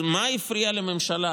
אז מה הפריע לממשלה,